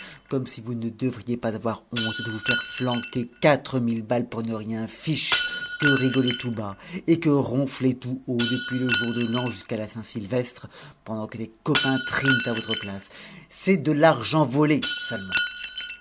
comme si vous ne devriez pas avoir honte de vous faire flanquer quatre mille balles pour ne rien fiche que rigoler tout bas et que ronfler tout haut depuis le jour de l'an jusqu'à la saint sylvestre pendant que les copains triment à votre place c'est de l'argent volé seulement